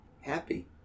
happy